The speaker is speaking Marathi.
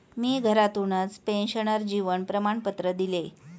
मी घरातूनच पेन्शनर जीवन प्रमाणपत्र दिले